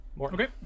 Okay